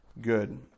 good